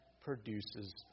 produces